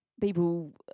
people